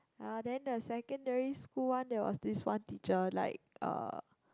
uh then the secondary school one there was this one teacher like uh